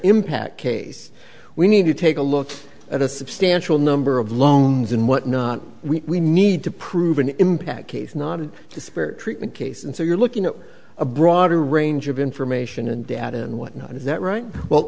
impact case we need to take a look at a substantial number of loans and whatnot we need to prove an impact case not a disparate treatment case and so you're looking at a broader range of information and data and whatnot is that right well